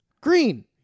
green